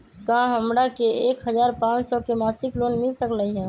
का हमरा के एक हजार पाँच सौ के मासिक लोन मिल सकलई ह?